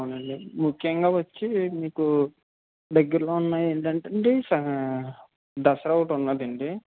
అవునండి ముఖ్యంగా వచ్చి మీకు దగ్గిర్లో ఉన్నవి ఏంటంటండీ ఫ్యా దసరా ఒకటి ఉన్నాదండి